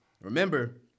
remember